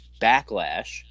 backlash